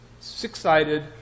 six-sided